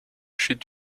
chute